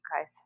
guys